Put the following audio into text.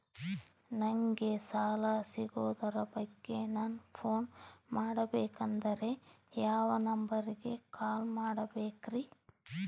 ನಂಗೆ ಸಾಲ ಸಿಗೋದರ ಬಗ್ಗೆ ನನ್ನ ಪೋನ್ ಮಾಡಬೇಕಂದರೆ ಯಾವ ನಂಬರಿಗೆ ಕಾಲ್ ಮಾಡಬೇಕ್ರಿ?